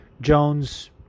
Jones